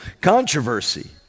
controversy